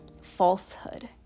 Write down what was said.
falsehood